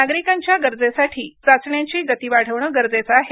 नागरिकांच्या गरजेसाठी चाचण्यांची गती वाढविणं गरजेचं आहे